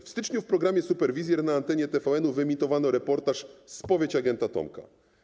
W styczniu w programie „Superwizjer” na antenie TVN wyemitowano reportaż „Spowiedź agenta Tomka”